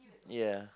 ya